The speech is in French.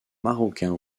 marocains